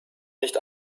nicht